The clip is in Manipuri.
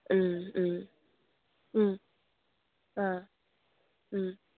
ꯎꯝ ꯎꯝ ꯎꯝ ꯑꯥ ꯎꯝ